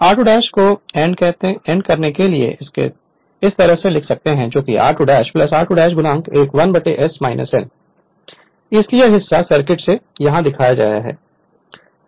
r2 ' को add करने से हम इसे इस तरह से लिख सकते हैं जैसे कि r2 ' r2 '1 s 1 इसलिए यह हिस्सा सर्किट से यहां दिखाया गया है से आ रहा है